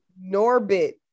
Norbit